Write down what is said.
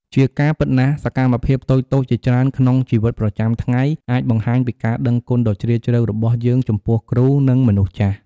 ជាការពិតណាស់ សកម្មភាពតូចៗ ជាច្រើនក្នុងជីវិតប្រចាំថ្ងៃអាចបង្ហាញពីការដឹងគុណដ៏ជ្រាលជ្រៅរបស់យើងចំពោះគ្រូ និងមនុស្សចាស់។